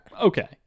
okay